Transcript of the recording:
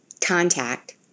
contact